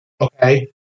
Okay